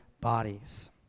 bodies